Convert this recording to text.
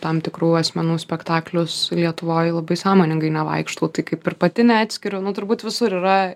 tam tikrų asmenų spektaklius lietuvoj labai sąmoningai nevaikštau tai kaip ir pati neatskiriu nu turbūt visur yra